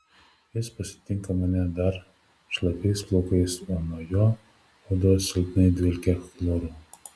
jis pasitinka mane dar šlapiais plaukais o nuo jo odos silpnai dvelkia chloru